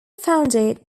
founded